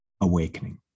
AWAKENING